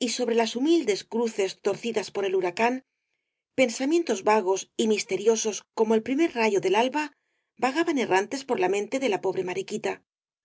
y sobre las humildes cruces torcidas por el huracán pensamientos vagos y misteriosos como el primer rayo del alba vagaban errantes por la mente de la pobre mariquita